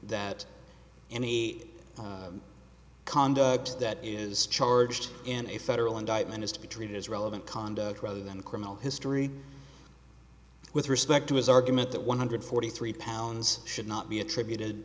that any conduct that is charged in a federal indictment is to be treated as relevant conduct rather than criminal history with respect to his argument that one hundred forty three pounds should not be attributed